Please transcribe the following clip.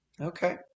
okay